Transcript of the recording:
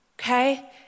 okay